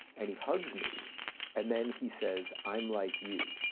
and he hugs me and then he says, i'm like you.